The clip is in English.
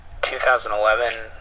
2011